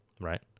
Right